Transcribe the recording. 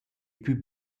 plü